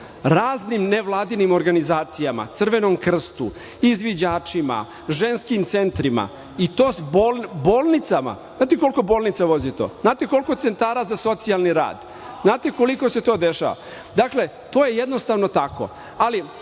raznim nevladinim organizacijama, Crvenom krstu, izviđačima, ženskim centrima, bolnicama. Znate, koliko bolnica voze to? Znate, koliko centara za socijalni rad? Znate, koliko se to dešava? Dakle, to je jednostavno tako.